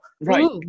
right